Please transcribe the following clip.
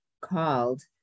called